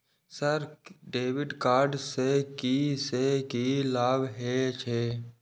Sir debit card से की से की लाभ हे छे?